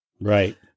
Right